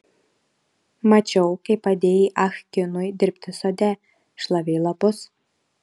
mačiau kaip padėjai ah kinui dirbti sode šlavei lapus